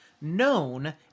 known